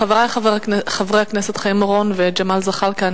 חברי חברי הכנסת חיים אורון וג'מאל זחאלקה,